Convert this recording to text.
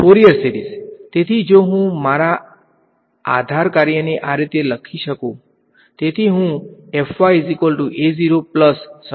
Fourier series તેથી જો હું મારા આધાર કાર્યને આ રીતે લખી શકું